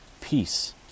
peace